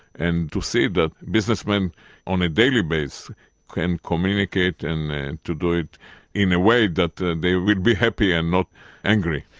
and to see that businessmen on a daily basis can communicate and and to do it in a way that that they will be happy and not angry.